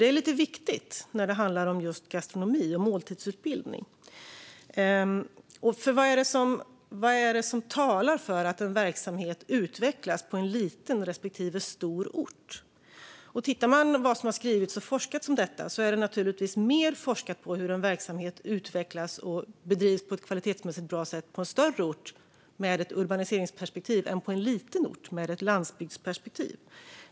Det är viktigt när det handlar om just gastronomi och måltidsutbildning, för vad är det som talar för att en verksamhet utvecklas på en liten respektive en stor ort? Tittar man på vad som skrivits och forskats fram om detta ser man att det naturligtvis forskats mer på hur en verksamhet utvecklas och bedrivs på ett kvalitetsmässigt bra sätt på en större ort med ett urbaniseringsperspektiv än på en liten ort med ett landsbygdsperspektiv.